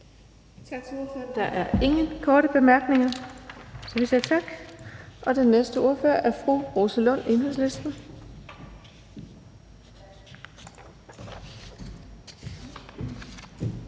ordføreren. Der er ingen korte bemærkninger, så vi siger tak. Den næste ordfører er fru Rosa Lund, Enhedslisten.